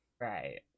right